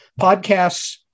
podcasts